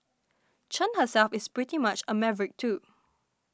Chen herself is pretty much a maverick too